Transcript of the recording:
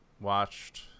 watched